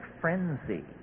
frenzy